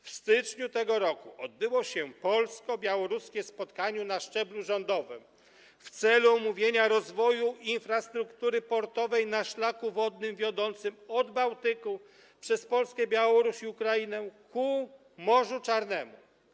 W styczniu tego roku odbyło się polsko-białoruskie spotkanie na szczeblu rządowym w celu omówienia rozwoju infrastruktury portowej na szlaku wodnym wiodącym od Bałtyku przez Polskę, Białoruś i Ukrainę ku Morzu Czarnemu.